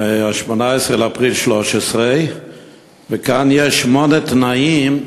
ב-18 באפריל 2013. כאן יש שמונה תנאים,